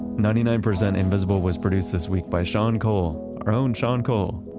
ninety nine percent invisible was produced this week by sean cole. our own sean cole.